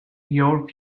your